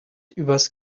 übers